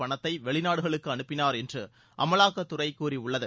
பணத்தை வெளிநாடுகளுக்கு அனுப்பினார் என்று அமலாக்கத்துறை கூறியுள்ளது